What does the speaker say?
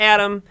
Adam